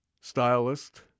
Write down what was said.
stylist